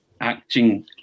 acting